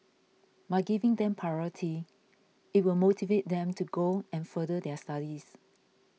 by giving them priority it will motivate them to go and further their studies